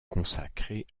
consacrée